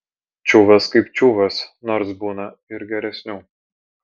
čiuvas kaip čiuvas nors būna ir geresnių